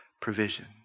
provision